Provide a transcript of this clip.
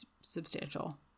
substantial